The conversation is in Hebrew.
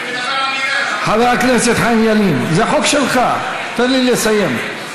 חבר הכנסת חיים ילין, זה חוק שלך, תן לי לסיים.